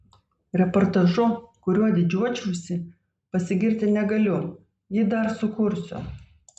reportažu kuriuo didžiuočiausi pasigirti negaliu jį dar sukursiu